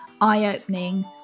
eye-opening